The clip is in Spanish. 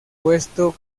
puesto